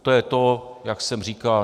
To je to, jak jsem říkal.